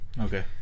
Okay